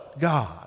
God